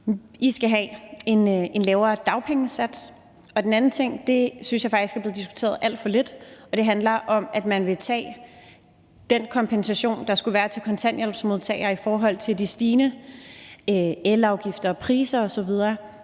I skal have en lavere dagpengesats. Den anden ting synes jeg faktisk er blevet diskuteret alt for lidt, og det handler om, at man vil tage den kompensation, der skulle være til kontanthjælpsmodtagere, for de stigende elafgifter, priser osv.,